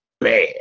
bad